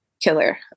killer